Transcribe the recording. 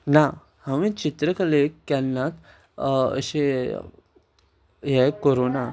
ना हांवें चित्रकलेक केन्नाच अशें हें करूंक ना